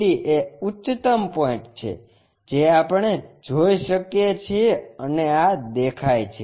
ABCD એ ઉચ્ચતમ point છે જે આપણે જોઈ શકીએ છીએ અને આ દેખાય છે